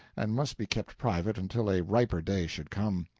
and must be kept private until a riper day should come.